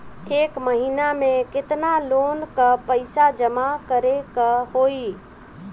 एक महिना मे केतना लोन क पईसा जमा करे क होइ?